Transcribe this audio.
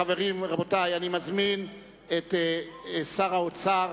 חברים, רבותי, אני מזמין את שר האוצר